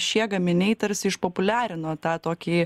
šie gaminiai tarsi išpopuliarino tą tokį